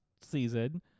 season